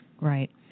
Right